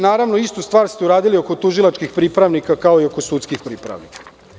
Naravno, istu stvar ste uradili oko tužilačkih pripravnika kao i oko sudskih pripravnika.